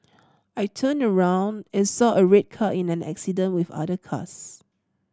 I turned around and saw a red car in an accident with other cars